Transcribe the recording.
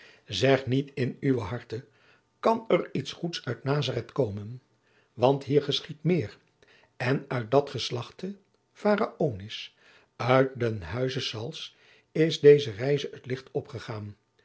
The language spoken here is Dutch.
zegt niet in uw harte kan er iets goeds uit nazareth komen want hier geschiedt meer en uit dat geslachte pharaonis uit den huize sauls is deze reize het licht opgegaan